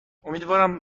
امیدوارم